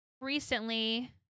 recently